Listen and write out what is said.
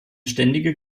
ständige